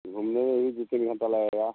घूमने में भी दू तीन घंटा लगेगा